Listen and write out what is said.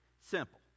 Simple